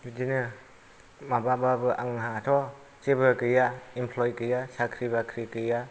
बिदिनो माब्लाबाबो आंहाथ' जेबो गैया एमप्लइ गैया साख्रि बाख्रि गैया